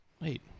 wait